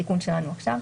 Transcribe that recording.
התיקון שלנו עכשיו,